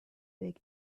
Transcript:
big